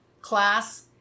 class